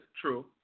true